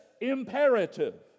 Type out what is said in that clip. imperative